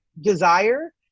desire